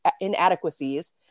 inadequacies